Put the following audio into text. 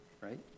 right